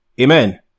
Amen